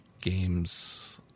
Games